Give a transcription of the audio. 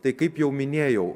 tai kaip jau minėjau